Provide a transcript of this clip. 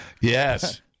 yes